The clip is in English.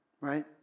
right